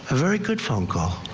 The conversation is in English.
ah very good phone call.